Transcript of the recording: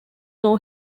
know